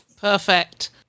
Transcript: Perfect